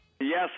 Yes